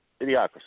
Idiocracy